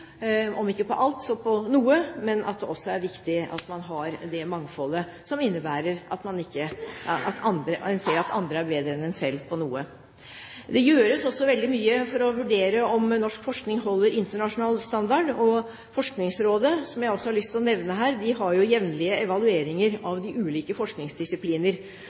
om ikke på alt, så på noe, men at det også er viktig at man har det mangfoldet som innebærer at man ser at andre er bedre enn en selv på noe. Det gjøres også veldig mye for å vurdere om norsk forskning holder internasjonal standard. Forskningsrådet, som jeg også har lyst til å nevne her, har jevnlige evalueringer av de ulike forskningsdisipliner.